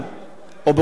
או באותו ועד.